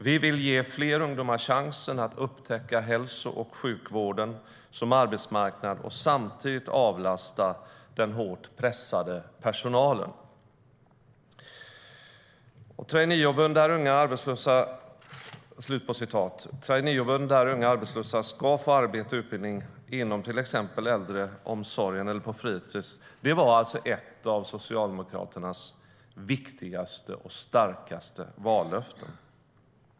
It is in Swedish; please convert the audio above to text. Vi vill ge fler ungdomar chansen att upptäcka hälso och sjukvården som arbetsmarknad och samtidigt avlasta den hårt pressade personalen. Traineejobben där unga arbetslösa ska få arbete och utbildning inom till exempel äldreomsorgen eller på fritis var alltså ett av Socialdemokraternas viktigaste och starkaste vallöften.